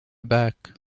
back